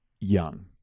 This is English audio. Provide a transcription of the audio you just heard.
young